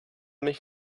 mich